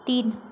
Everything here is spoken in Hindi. तीन